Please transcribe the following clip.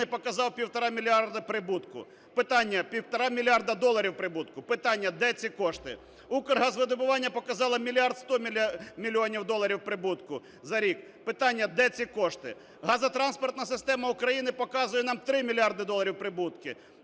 Питання… 1,5 мільярда доларів прибутку. Питання: де ці кошти? "Укргазвидобування" показало 1 мільярд 100 мільйонів доларів прибутку за рік. Питання: де ці кошти? Газотранспортна система України показує нам 3 мільярда доларів прибутку.